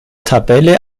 tabelle